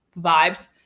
vibes